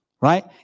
right